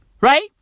Right